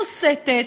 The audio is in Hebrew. מוסתת,